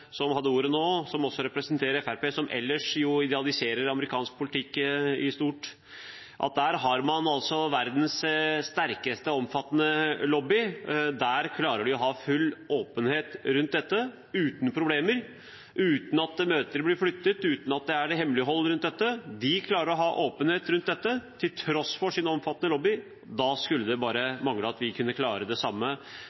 representerer Fremskrittspartiet, som jo ellers idealiserer amerikansk politikk i stort. Der har man verdens sterkeste og mest omfattende lobby, og der klarer de å ha full åpenhet rundt dette – uten problemer, uten at møter blir flyttet, uten at det er hemmelighold. De klarer å ha åpenhet rundt dette til tross for sin omfattende lobby. Da skulle det bare